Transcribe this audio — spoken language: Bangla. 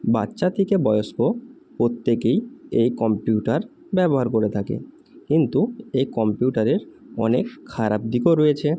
বাচ্চা থেকে বয়স্ক প্রত্যেকেই এই কম্পিউটার ব্যবহার করে থাকে কিন্তু এই কম্পিউটারের অনেক খারাপ দিকও রয়েছে